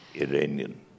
Iranian